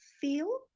feel